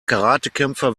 karatekämpfer